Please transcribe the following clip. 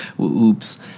Oops